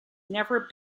never